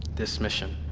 this mission,